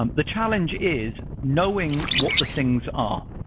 um the challenge is knowing what the things are.